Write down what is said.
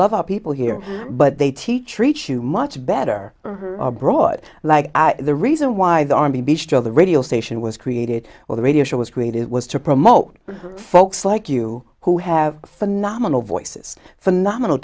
love our people here but they teach treat you much better our broad like the reason why the army bistro the radio station was created for the radio show was great it was to promote folks like you who have phenomenal voices phenomenal